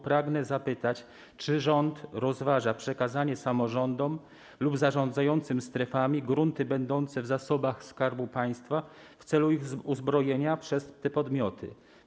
Pragnę zapytać: Czy rząd rozważa przekazanie samorządom lub zarządzającym strefami gruntów będących w zasobach Skarbu Państwa w celu ich uzbrojenia przez te podmioty?